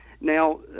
Now